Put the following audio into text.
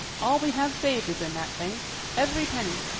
all we have saved is in that bank every penny.